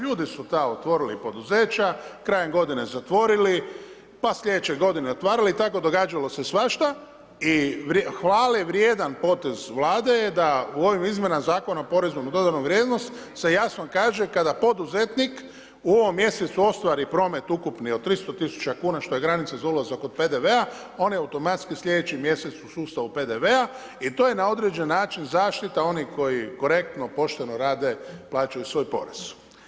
Ljudi su ta otvorili poduzeća, krajem g. zatvorili, pa slj. g. otvarali i tako događalo se svašta i hvale vrijedan potez Vlade je da u ovim izmjenama Zakona o porezu na dodanu vrijednost, se jasno kaže, kada poduzetnik u ovom mjesecu ostvari promet ukupni od 300 tisuća kn, što je granica za ulazak od PDV-a on je automatski slj. mjesec u sustavu PDV-a i to je na određen način zaštita onih koji korektno, pošteno rade, plaćaju svoj porez.